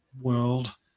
world